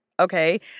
Okay